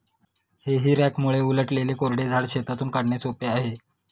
हेई रॅकमुळे उलटलेले कोरडे झाड शेतातून काढणे सोपे आहे